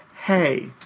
Hey